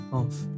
off